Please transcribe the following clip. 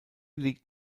liegt